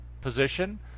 position